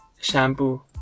shampoo